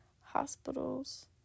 hospitals